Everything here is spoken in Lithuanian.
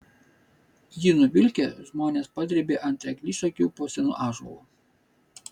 jį nuvilkę žmonės padrėbė ant eglišakių po senu ąžuolu